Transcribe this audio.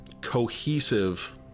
cohesive